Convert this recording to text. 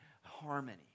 harmony